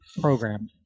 Program